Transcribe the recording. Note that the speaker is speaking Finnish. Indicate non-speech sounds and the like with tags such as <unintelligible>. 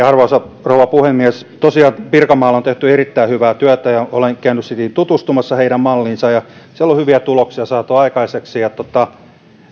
<unintelligible> arvoisa rouva puhemies tosiaan pirkanmaalla on tehty erittäin hyvää työtä olen käynyt tutustumassa heidän malliinsa ja siellä on hyviä tuloksia saatu aikaiseksi